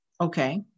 Okay